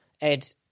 Ed